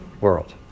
world